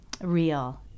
real